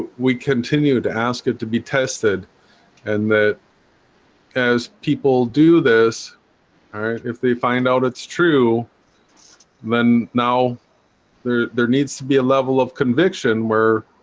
ah we continue to ask it to be tested and that as people do this if they find out it's true then now there there needs to be a level of conviction where?